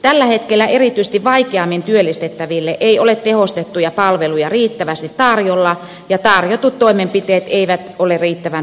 tällä hetkellä erityisesti vaikeammin työllistettäville ei ole tehostettuja palveluja riittävästi tarjolla ja tarjotut toimenpiteet eivät ole riittävän vaikuttavia